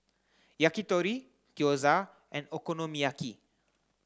Yakitori Gyoza and Okonomiyaki